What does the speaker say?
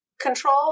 control